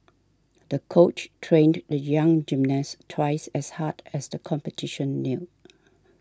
the coach trained the young gymnast twice as hard as the competition neared